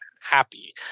happy